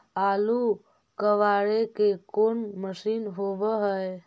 आलू कबाड़े के कोन मशिन होब है?